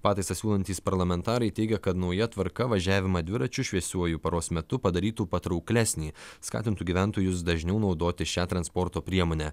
pataisą siūlantys parlamentarai teigia kad nauja tvarka važiavimą dviračiu šviesiuoju paros metu padarytų patrauklesnį skatintų gyventojus dažniau naudoti šią transporto priemonę